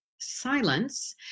silence